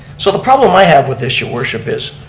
so the problem i have with this your worship is,